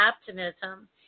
optimism